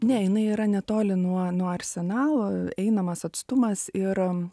ne jinai yra netoli nuo nuo arsenalo einamas atstumas ir